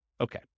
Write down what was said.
Okay